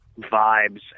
vibes